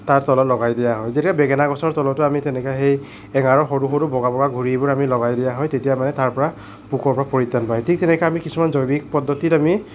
তাৰ তলত লগাই দিয়া হয় যেতিয়া বেঙেনা গছৰ তলটো আমি তেনেকৈ সেই এঙাৰৰ সৰু সৰু বগা বগা গুৰিবোৰ আমি লগাই দিয়া হয় তেতিয়াৰ পৰাই তাৰ পৰা পোকৰ পৰা পৰিত্ৰাণ পায় ঠিক তেনেকৈ এতিয়া কিছুমান জৈৱিক পদ্ধতিত আমি